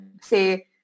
say